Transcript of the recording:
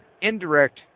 Indirect